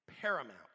Paramount